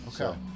Okay